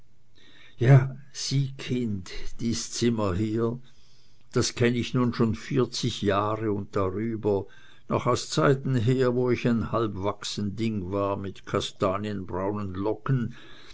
ja sieh kind dies zimmer hier das kenne ich nun schon vierzig jahre und darüber noch aus zeiten her wo ich ein halbwachsen ding war mit kastanienbraunen locken